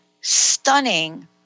stunning